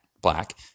black